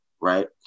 right